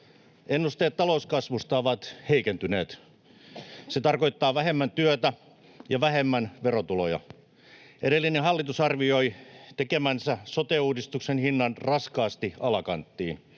Ennusteet talouskasvusta ovat heikentyneet. Se tarkoittaa vähemmän työtä ja vähemmän verotuloja. [Arja Juvonen: Kyllä!] Edellinen hallitus arvioi tekemänsä sote-uudistuksen hinnan raskaasti alakanttiin.